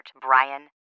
Brian